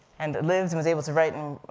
and lived, and was able to write, and